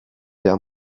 der